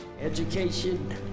Education